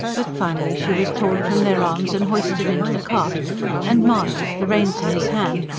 but finally she was torn from their arms and hoisted into the cart and mahony, the reins in his hand,